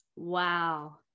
Wow